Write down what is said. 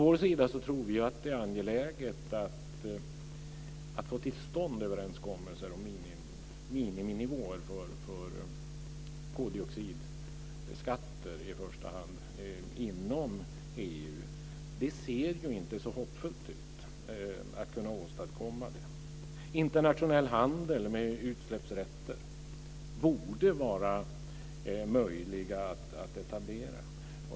Vi tror att det är angeläget att få till stånd överenskommelser om miniminivåer för koldioxidskatter i första hand inom EU. Det ser ju inte så hoppfullt ut när det gäller möjigheten att åstadkomma det. Internationell handel med utsläppsrätter borde vara möjlig att etablera.